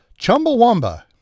Chumbawamba